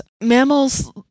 Mammals